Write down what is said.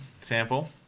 sample